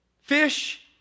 fish